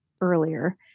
earlier